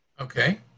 okay